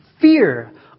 fear